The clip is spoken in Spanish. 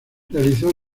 realizó